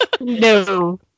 No